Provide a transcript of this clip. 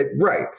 Right